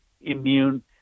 immune